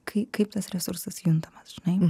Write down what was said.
kai kaip tas resursas juntamas žinai